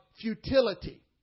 futility